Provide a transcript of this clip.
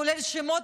כולל שמות,